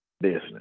business